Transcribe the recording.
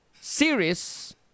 series